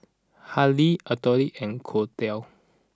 Hadley autoli and